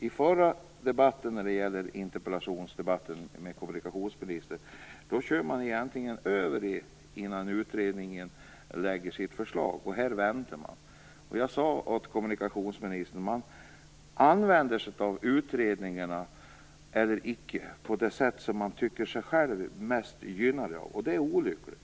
I den förra interpellationsdebatten, med kommunikationsministern, hörde vi att utredningen kördes över innan den hunnit lägga fram sitt förslag. Här väntar man. Som jag sade åt kommunikationsministern använder man sig av utredningarna eller icke på det sätt som mest gynnar en själv. Det är olyckligt.